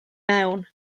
mewn